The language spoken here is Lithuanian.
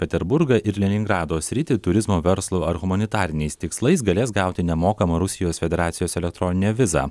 peterburgą ir leningrado sritį turizmo verslo ar humanitariniais tikslais galės gauti nemokamą rusijos federacijos elektroninę vizą